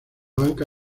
banca